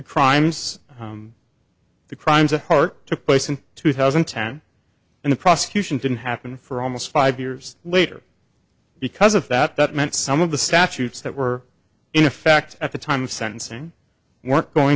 crimes the crimes at heart took place in two thousand and ten and the prosecution didn't happen for almost five years later because of that that meant some of the statutes that were in effect at the time of sentencing weren't going